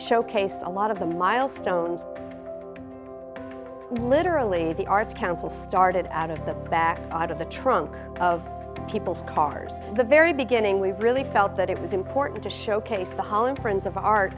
showcase a lot of the milestones literally the arts council started out of the back out of the trunk of people's cars the very beginning we really felt that it was important to showcase the hall and friends of